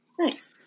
nice